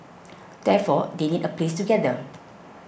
therefore they need a place to gather